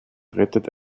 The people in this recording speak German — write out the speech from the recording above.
rettet